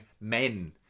men